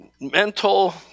mental